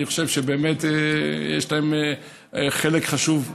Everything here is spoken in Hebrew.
אני חושב שבאמת יש להם חלק חשוב,